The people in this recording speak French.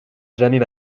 jamais